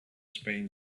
spain